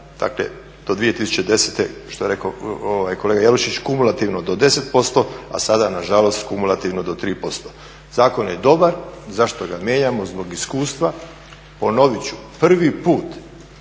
dakle do 2010. što je rekao kolega Jelušić kumulativno do 10%, a sada nažalost kumulativno do 3%. Zakon je dobar, zašto ga mijenjamo? Zbog iskustva. Ponovit ću, prvi put